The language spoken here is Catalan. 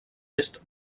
est